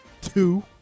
two